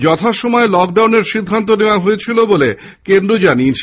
যথাসময়ে লকডাউনের সিদ্ধান্ত নেওয়া হয়েছিল বলে কেন্দ্র জানিয়েছে